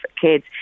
kids